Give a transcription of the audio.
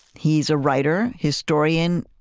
he's a writer, historian,